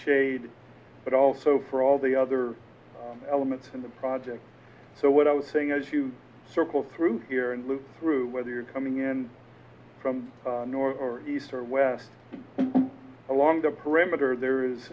shade but also for all the other elements in the project so what i was saying is you circle through here and loop through whether you're coming in from north or east or west along the perimeter there is